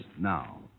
now